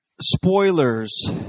spoilers